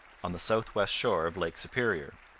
on the south-west shore of lake superior.